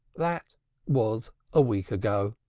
that was a week ago.